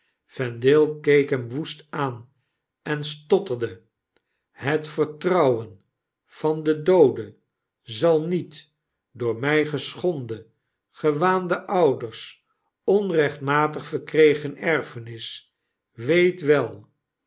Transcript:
vendale keek hem woest aan en stotterde het vertrouwen van den doode zal niet door mij geschonden gewaande ouders onreehtmatig verkregen erfenis weet wel